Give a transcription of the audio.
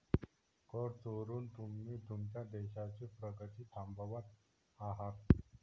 कर चोरून तुम्ही तुमच्या देशाची प्रगती थांबवत आहात